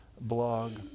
blog